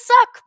suck